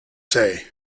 say